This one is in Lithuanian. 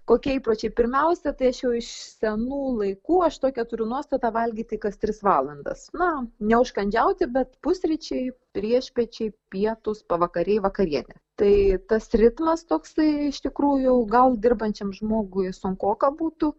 kokie įpročiai pirmiausia tai aš jau iš senų laikų aš tokią turiu nuostatą valgyti kas tris valandas na neužkandžiauti bet pusryčiai priešpiečiai pietūs pavakariai vakarienė tai tas ritmas toksai iš tikrųjų gal dirbančiam žmogui sunkoka būtų